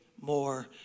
more